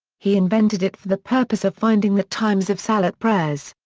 he invented it for the purpose of finding the times of salat prayers.